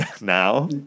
Now